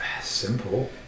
Simple